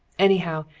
anyhow,